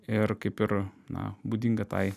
ir kaip ir na būdinga tai